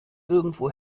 irgendwo